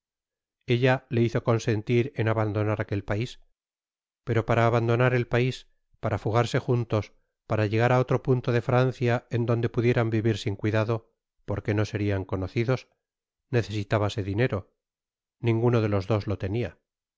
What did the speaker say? ella le hizo consentir en abandonar aquel pais pero para abandonar el pais para fugarse juntos para llegar á otro punto de francia en donde pudieran vivir sin cuidado porque no serian conocidos necesitábase dinero ninguno de los dos lo tenia